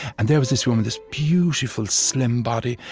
and there was this woman, this beautiful, slim body,